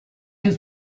his